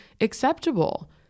acceptable